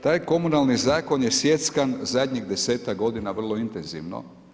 Taj komunalni zakon je sjeckan zadnjih desetak godina vrlo intenzivno.